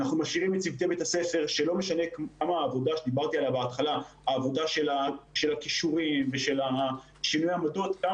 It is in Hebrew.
צוותי בית הספר שלא משנה כמה העבודה של הכישורים ושל שינוי העמדות תיעשה